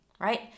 right